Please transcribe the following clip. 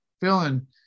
feeling